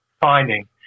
finding